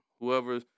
whoever